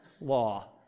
law